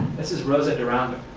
this is rosa durando,